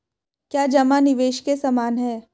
क्या जमा निवेश के समान है?